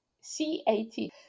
C-A-T